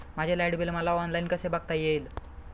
माझे light bill मला online कसे बघता येईल?